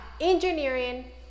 Engineering